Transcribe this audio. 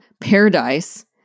paradise